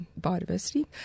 biodiversity